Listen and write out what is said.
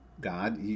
God